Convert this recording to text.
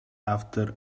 after